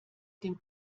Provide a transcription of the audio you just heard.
dem